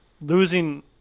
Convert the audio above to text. losing